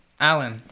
Alan